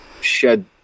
shed